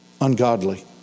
ungodly